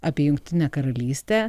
apie jungtinę karalystę